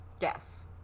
Yes